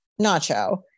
Nacho